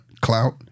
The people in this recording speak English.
clout